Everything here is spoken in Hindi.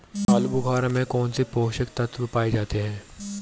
आलूबुखारा में कौन से पोषक तत्व पाए जाते हैं?